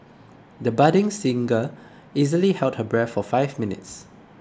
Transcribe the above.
the budding singer easily held her breath for five minutes